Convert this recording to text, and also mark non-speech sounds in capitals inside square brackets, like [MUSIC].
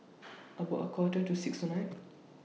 [NOISE] about A Quarter to six tonight